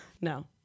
No